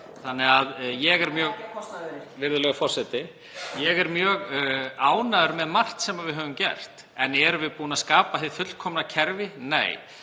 forseti. Ég er mjög ánægður með margt sem við höfum gert. En erum við búin að skapa hið fullkomna kerfi? Nei,